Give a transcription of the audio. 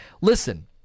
listen